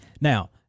Now